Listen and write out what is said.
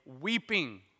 weeping